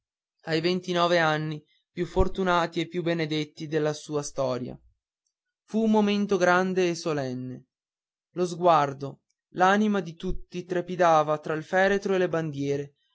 ai ventinove anni più fortunati e più benedetti della sua storia fu un momento grande e solenne lo sguardo l'anima di tutti trepidava tra il feretro e le bandiere